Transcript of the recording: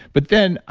but then,